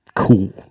cool